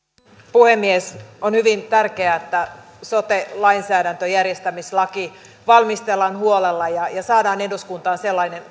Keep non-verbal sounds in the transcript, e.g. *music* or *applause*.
puhemies on hyvin tärkeää että sote lainsäädäntö järjestämislaki valmistellaan huolella ja ja saadaan eduskuntaan sellainen *unintelligible*